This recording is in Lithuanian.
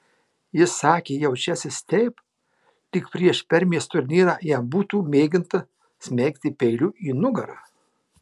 jis sakė jaučiąsis taip lyg prieš permės turnyrą jam būtų mėginta smeigti peiliu į nugarą